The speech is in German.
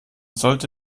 sollte